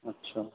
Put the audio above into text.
अच्छा